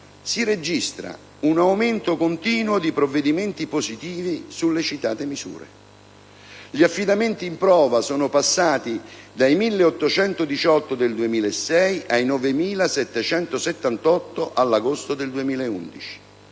si registra un aumento continuo di provvedimenti positivi sulle citate misure: gli affidamenti in prova sono passati da 1.818 del 2006 a 9.778 dell'agosto 2011;